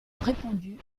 répondu